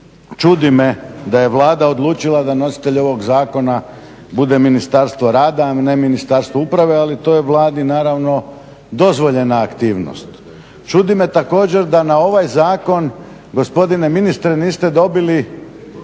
Čudi me da je Vlada odlučila da nositelj ovog zakona bude Ministarstvo rada, a ne Ministarstvo uprave ali to je Vladi naravno dozvoljena aktivnost. Čudi me također da na ovaj zakon gospodine ministre niste dobili